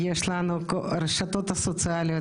ברשתות החברתיות,